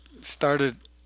started